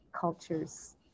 cultures